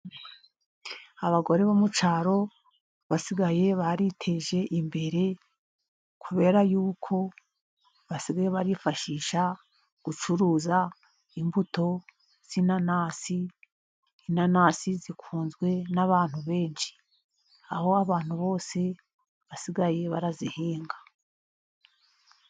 abagore bo mu cyaro basigaye bariteje imbere kubera kubera yuko basigaye barifashisha gucuruza imbuto z'inanasi inanasi zikunzwe n'abantu benshi aho abantu bose basigaye barazihinga